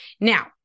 Now